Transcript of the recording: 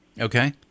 Okay